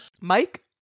Mike